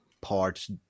parts